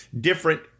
different